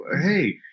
Hey